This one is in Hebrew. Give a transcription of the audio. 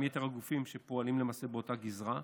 יתר הגופים שפועלים למעשה באותה גזרה.